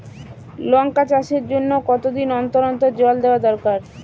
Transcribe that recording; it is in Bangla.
লঙ্কা চাষের জন্যে কতদিন অন্তর অন্তর জল দেওয়া দরকার?